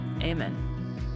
Amen